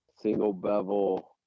single-bevel